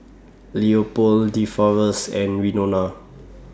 Leopold Deforest and Winona